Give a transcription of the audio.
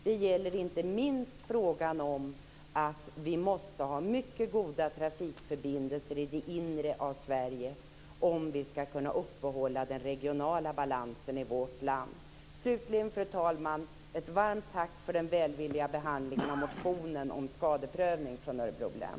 Det gäller inte minst frågan om att vi måste ha mycket goda trafikförbindelser i det inre av Sverige, om vi skall kunna upprätthålla den regionala balansen i vårt land. Slutligen, fru talman, ett varmt tack för den välvilliga behandlingen av motionen om skadeprövning från Örebro län.